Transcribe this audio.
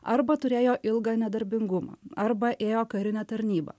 arba turėjo ilgą nedarbingumą arba ėjo karinę tarnybą